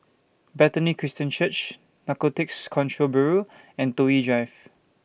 Bethany Christian Church Narcotics Control Bureau and Toh Yi Drive